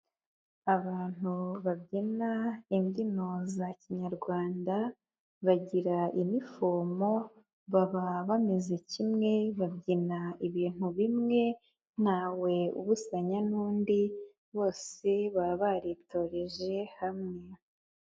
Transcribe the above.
Abantu babyina imbyino za kinyarwanda, bagira inifomo, baba bameze kimwe, babyina ibintu bimwe, ntawe ubusanya n'undi, bose baba baritoreje hamwe.